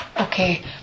Okay